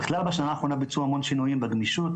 בכלל בשנה האחרונה בוצעו המון שינויים בגמישות,